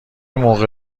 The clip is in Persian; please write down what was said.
موقع